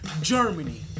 Germany